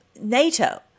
NATO